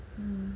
mm